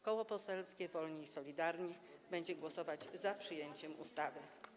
Koło Poselskie Wolni i Solidarni będzie głosować za przyjęciem ustawy.